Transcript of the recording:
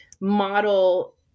model